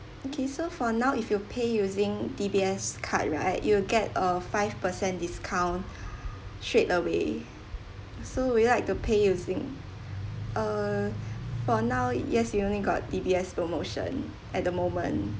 okay so for now if you pay using D_B_S card right you'll get a five per cent discount straight away so would you like to pay using uh for now yes we only got D_B_S promotion at the moment